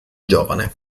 giovane